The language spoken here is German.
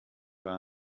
war